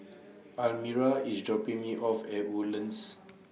Almira IS dropping Me off At Woodlands